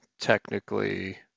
technically